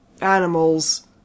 animals